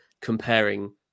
comparing